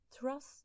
trust